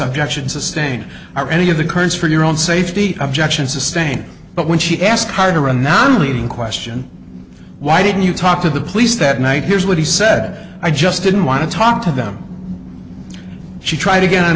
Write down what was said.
objection sustained are any of the currents for your own safety objection sustained but when she asked carter a non leading question why didn't you talk to the police that night here's what he said i just didn't want to talk to them she tried again